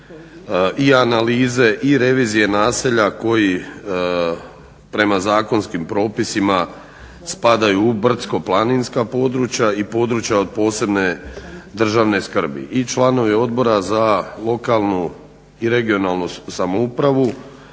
i analize i revizije naselja koji prema zakonskim propisima spadaju u brdsko-planinska područja i područja od posebne državne skrbi. I članovi Odbora za lokalnu i regionalnu samoupravu